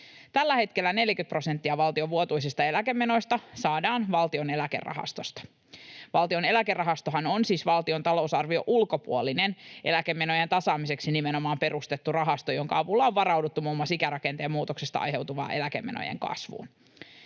Tällä hetkellä 40 prosenttia valtion vuotuisista eläkemenoista saadaan valtion eläkerahastosta. Valtion eläkerahasto on siis valtion talousarvion ulkopuolinen nimenomaan eläkemenojen tasaamiseksi perustettu rahasto, jonka avulla on varauduttu muun muassa ikärakenteen muutoksista aiheutuvaan eläkemenojen kasvuun.